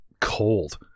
cold